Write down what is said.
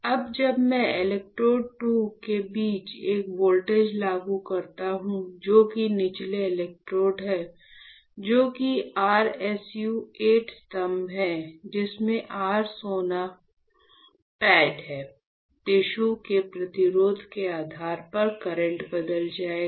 अब जब मैं इलेक्ट्रोड 2 के बीच एक वोल्टेज लागू करता हूं जो कि निचला इलेक्ट्रोड 1 है जो कि r SU 8 स्तंभ है जिसमें r सोना pad हैं टिश्यू के प्रतिरोध के आधार पर करंट बदल जाएगा